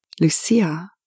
Lucia